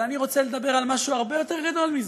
אבל אני רוצה לדבר על משהו הרבה יותר גדול מזה.